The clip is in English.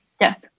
Yes